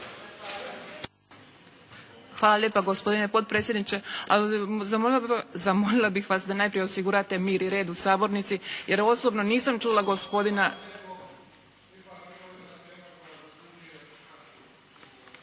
Hvala lijepa gospodine potpredsjedniče. Ali zamolila bih vas da najprije osigurate mir i red u sabornici jer ja osobno nisam čula gospodina…